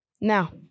now